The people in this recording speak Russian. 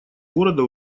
города